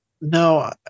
No